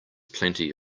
plenty